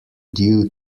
due